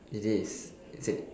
it is it's an